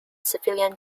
civilian